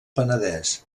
penedès